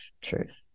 truth